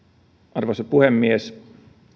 arvoisa puhemies